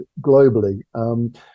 globally